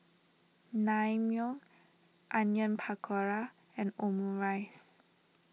Naengmyeon Onion Pakora and Omurice